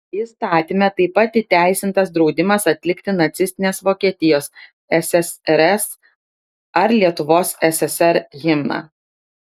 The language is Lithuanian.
įstatyme taip pat įteisintas draudimas atlikti nacistinės vokietijos ssrs ar lietuvos ssr himną